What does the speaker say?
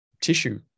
tissue